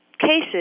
cases